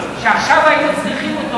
שעכשיו היינו צריכים אותו,